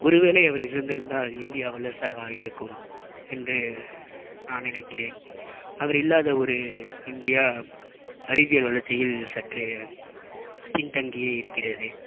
ஒரு வேலை அவர் இருந்திருந்தால் இந்தியா வல்லரசாக ஆகியிருக்கும் என்று நான் நினைக்கிறேன் அவர் இல்லாத ஒரு இந்தியா அறிவியல் வளர்ச்சியில் சற்று பின் தங்கியே இருக்கிறது